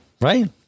right